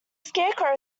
scarecrow